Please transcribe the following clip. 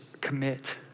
commit